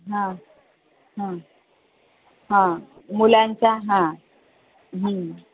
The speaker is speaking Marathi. हां हां हां मुलांचा हां